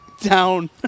Down